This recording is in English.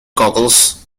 googles